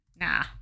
Nah